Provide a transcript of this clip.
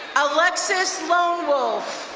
alexis lone wolf.